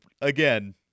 again